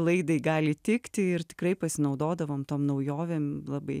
laidai gali tikti ir tikrai pasinaudodavom tom naujovėm labai